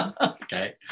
Okay